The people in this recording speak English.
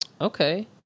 okay